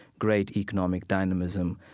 great economic dynamism,